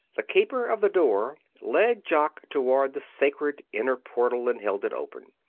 the keeper of the door led jock toward the sacred inner portal and held it open.